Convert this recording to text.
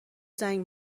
زنگ